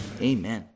Amen